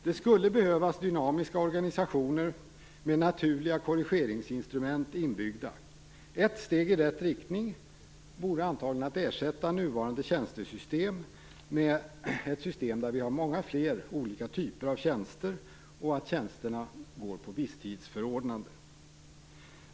Det skulle behövas dynamiska organisationer med naturliga korrigeringsinstrument inbyggda. Ett steg i rätt riktning vore att ersätta nuvarande tjänstesystem med ett system där vi har många fler olika typer av tjänster och där tjänsterna har visstidsförordnande.